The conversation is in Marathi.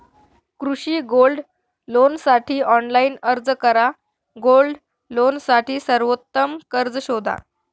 कृषी गोल्ड लोनसाठी ऑनलाइन अर्ज करा गोल्ड लोनसाठी सर्वोत्तम कर्ज शोधा